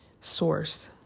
source